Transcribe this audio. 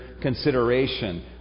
consideration